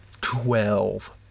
twelve